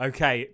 Okay